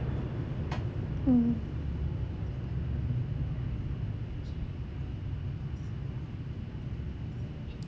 mmhmm